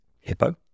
hippo